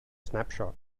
snapshot